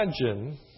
imagine